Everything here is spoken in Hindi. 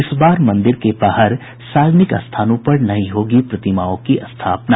इस बार मंदिर के बाहर सार्वजनिक स्थानों पर नहीं होगी प्रतिमाओं की स्थापना